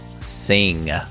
Sing